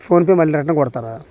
PhonePe మళ్ళీ return కొడతారా